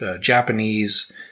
Japanese